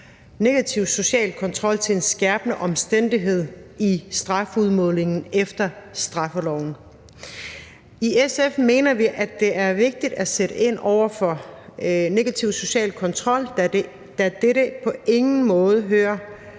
negativ social kontrol til en skærpende omstændighed i strafudmålingen efter straffeloven. I SF mener vi, at det er vigtigt at sætte ind over for negativ social kontrol, da dette på ingen måde hører